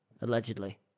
allegedly